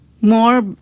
more